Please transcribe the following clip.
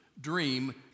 Dream